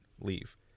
leave